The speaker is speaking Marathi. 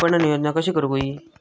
विपणन योजना कशी करुक होई?